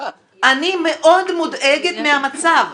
אני מאוד מודאגת מהמצב.